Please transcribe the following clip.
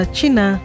China